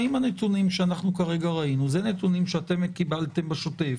האם הנתונים שאנחנו כרגע ראינו הם נתונים שאתם קיבלתם בשוטף?